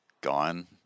gone